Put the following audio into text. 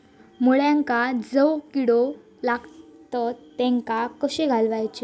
मुळ्यांका जो किडे लागतात तेनका कशे घालवचे?